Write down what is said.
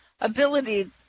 ability